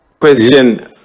Question